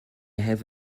have